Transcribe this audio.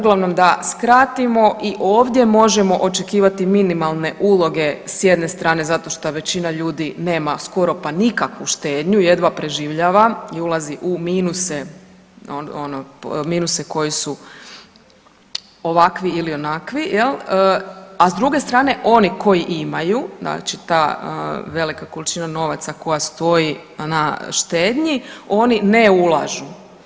Uglavnom da skratimo, i ovdje možemo očekivati minimalne uloge s jedne strane zato šta većina ljudi nema skoro pa nikakvu štednju, jedva preživljava i ulazi u minuse, minuse koji su ovakvi ili onakvi jel, a s druge strane oni koji imaju znači ta velika količina novaca koja stoji na štednji, oni ne ulažu.